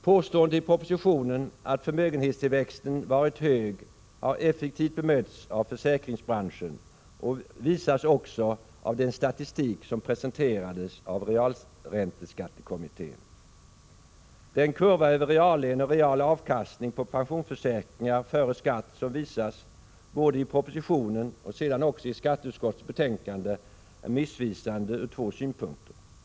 Påståendet i propositionen att förmögenhetstillväxten varit hög har effektivt bemötts av försäkringsbranschen och visas också av den statistik som presenterats av realränteskattekommittén. Den kurva över reallön och real avkastning på pensionsförsäkringar före skatt som visas både i propositionen och i skatteutskottets betänkande är missvisande ur två synpunkter.